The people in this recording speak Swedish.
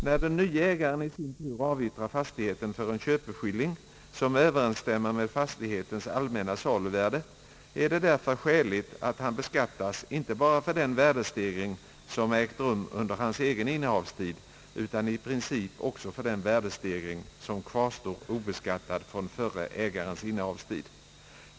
När den nye ägaren i sin tur avyttrar fastigheten för en köpeskilling, som överensstämmer med fastighetens allmänna saluvärde, är det därför skäligt att han beskattas inte bara för den värdestegring, som ägt rum under hans egen innehavstid, utan i princip också för den värdestegring, som kvarstår obeskattad från förre ägarens innehavstid.